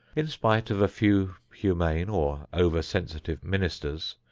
in spite of a few humane or over-sensitive ministers,